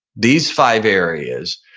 these five areas,